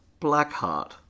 Blackheart